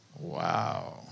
Wow